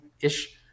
ish